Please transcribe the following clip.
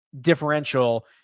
differential